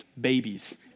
babies